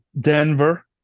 Denver